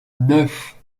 neuf